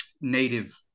native